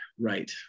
right